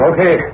Okay